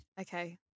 Okay